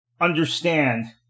understand